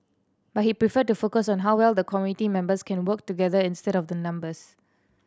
but he preferred to focus on how well the committee members can work together instead of the numbers